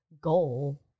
goal